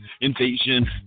invasion